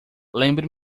lembre